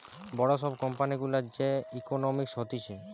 বড় সব কোম্পানি গুলার যে ইকোনোমিক্স হতিছে